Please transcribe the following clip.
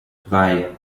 drei